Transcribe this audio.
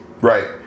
Right